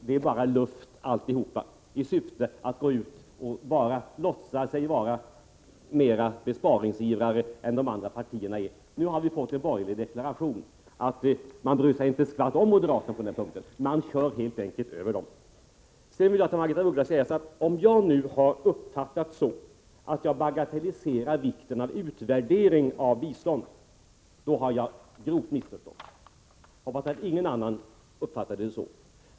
Det är bara luft alltihop, och syftet är att man vill låtsas vara mera besparingsivrare än de andra partierna. Nu har vi fått en borgerlig deklaration där det sägs att man inte bryr sig ett dugg om moderaterna på den punkten. Man kör helt enkelt över dem. Sedan vill jag säga till Margaretha af Ugglas att om jag nu har uppfattats så att jag bagatelliserar vikten av att utvärdera biståndet, då har jag grovt missförståtts. Jag hoppas att ingen annan uppfattade mig så.